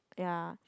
ya